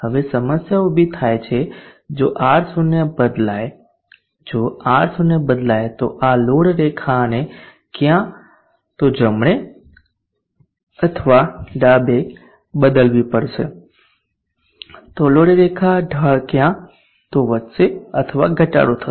હવે સમસ્યા ઊભી થાય છે જો R0 બદલાય જો R0 બદલાય તો આ લોડ રેખાને ક્યાં તો જમણે અથવા ડાબે બદલવી પડશે તો લોડ રેખા ઢાળ ક્યાં તો વધશે અથવા ઘટાડો થશે